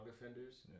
offenders